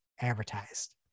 advertised